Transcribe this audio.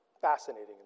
fascinating